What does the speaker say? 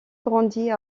grandit